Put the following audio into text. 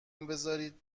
بزارید